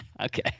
Okay